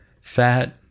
Fat